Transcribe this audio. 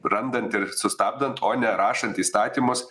randant ir sustabdant o ne rašant įstatymus